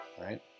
right